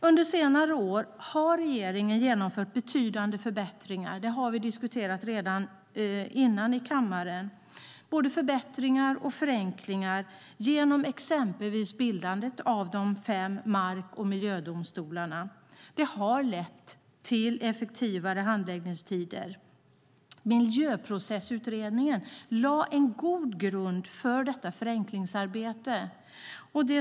Under senare år har regeringen genomfört betydande förbättringar och förenklingar exempelvis genom bildandet av de fem mark och miljödomstolarna. Det har lett till effektivare handläggningstider. Miljöprocessutredningen lade en god grund för detta förenklingsarbete.